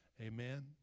Amen